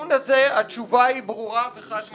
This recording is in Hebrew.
לטיעון הזה התשובה היא ברורה וחד משמעית.